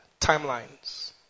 timelines